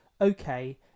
Okay